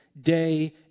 day